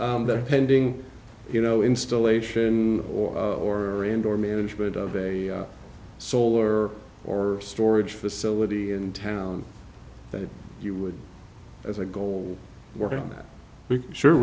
there pending you know installation or or and or management of a solar or storage facility in town that you would as a goal working on that we sure